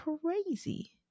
crazy